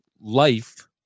life